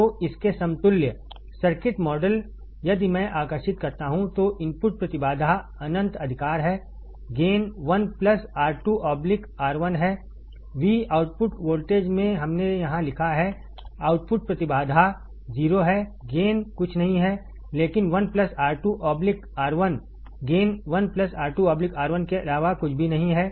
तो इसके समतुल्य सर्किट मॉडल यदि मैं आकर्षित करता हूं तो इनपुट प्रतिबाधा अनंत अधिकार है गेन 1 R2 R1 हैV आउटपुट वोल्टेज में हमने यहां लिखा है आउटपुट प्रतिबाधा 0 है गेन कुछ नहीं है लेकिन 1 R2 R1 gain 1 R2 R1 के अलावा कुछ नहीं है